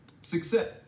Success